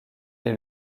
est